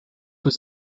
was